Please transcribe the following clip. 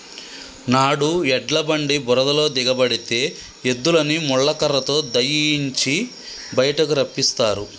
నాడు ఎడ్ల బండి బురదలో దిగబడితే ఎద్దులని ముళ్ళ కర్రతో దయియించి బయటికి రప్పిస్తారు